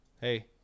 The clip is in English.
Hey